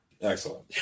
Excellent